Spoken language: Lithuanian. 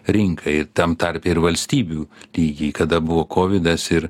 rinka ir tam tarpe ir valstybių lygiai kada buvo kovidas ir